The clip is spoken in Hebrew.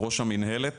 ראש המנהלת